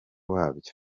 wabyo